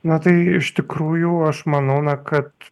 na tai iš tikrųjų aš manau na kad